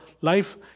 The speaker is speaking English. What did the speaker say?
life